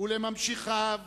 ולממשיכיו